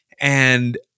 And-